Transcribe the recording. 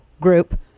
Group